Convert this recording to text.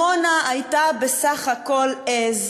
עמונה הייתה בסך הכול עז,